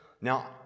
Now